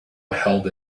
held